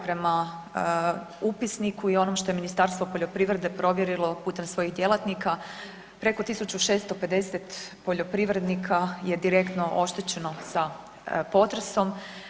Prema upisniku i onom što je Ministarstvo poljoprivrede provjerilo putem svojih djelatnika preko 1.650 poljoprivrednika je direktno oštećeno sa potresom.